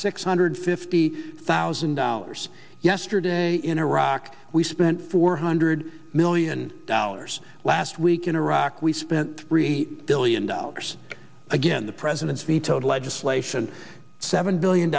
six hundred fifty thousand dollars yesterday in iraq we spent four hundred million dollars last week in iraq we spent three billion dollars again the president vetoed legislation seven billion